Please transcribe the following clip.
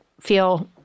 feel